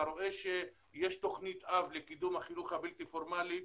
אתה רואה שיש תוכנית אב לקידום החינוך הבלתי פורמלי.